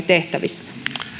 tehtävissä arvoisa